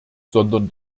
sondern